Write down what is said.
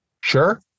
sure